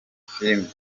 filimi